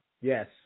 Yes